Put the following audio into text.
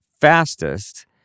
fastest